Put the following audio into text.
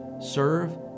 serve